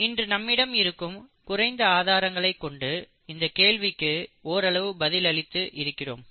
இன்று நம்மிடம் இருக்கும் குறைந்த ஆதாரங்களைக் கொண்டு இந்தக் கேள்விக்கு ஓரளவு பதில் அளித்து இருக்கிறோம்